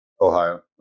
Ohio